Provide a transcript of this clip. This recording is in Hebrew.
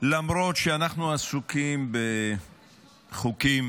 למרות שאנחנו עסוקים בחוקים